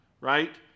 right